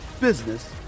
business